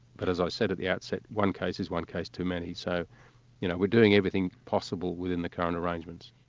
but as i said at the outset, one case is one case too many. so you know we're doing everything possible within the currwent arrangements.